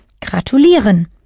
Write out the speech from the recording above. Gratulieren